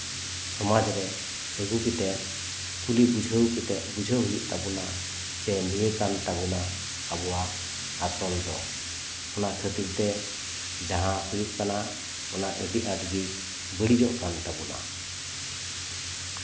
ᱥᱚᱢᱟᱡ ᱨᱮ ᱟᱜᱩ ᱠᱟᱛᱮ ᱠᱩᱞᱤ ᱠᱟᱛᱮ ᱠᱩᱞᱤ ᱵᱩᱡᱷᱟᱹᱣ ᱠᱟᱛᱮ ᱵᱩᱡᱷᱟᱹᱣ ᱦᱩᱭᱩᱜ ᱛᱟᱵᱚᱱᱟ ᱡᱮ ᱱᱤᱭᱟᱹ ᱠᱟᱱ ᱛᱟᱵᱚᱱᱟ ᱟᱵᱚᱣᱟᱜ ᱟᱥᱚᱞ ᱫᱚ ᱚᱱᱟ ᱠᱷᱟᱹᱛᱤᱨ ᱛᱮ ᱡᱟᱦᱟᱸ ᱦᱩᱭᱩᱜ ᱠᱟᱱᱟ ᱚᱱᱟ ᱟᱹᱰᱤ ᱟᱸᱴ ᱜᱮ ᱵᱟᱹᱲᱤᱡᱚᱜ ᱠᱟᱱ ᱛᱟᱵᱚᱱᱟ